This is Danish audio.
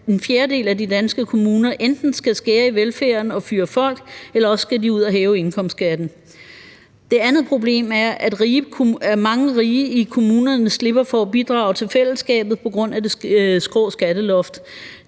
at en fjerdedel af de danske kommuner enten skal skære i velfærden og fyre folk, eller også skal de ud at hæve indkomstskatten. Det andet problem er, at mange rige i kommunerne slipper for at bidrage til fællesskabet på grund af det skrå skatteloft.